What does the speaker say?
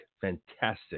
fantastic